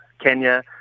Kenya